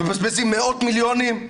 מבזבזים מאות מיליונים?